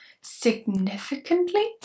significantly